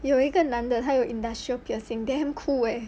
有一个男的他有 industrial piercing damn cool eh